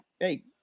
hey